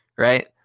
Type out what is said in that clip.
Right